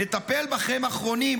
נטפל בכם אחרונים,